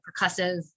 percussive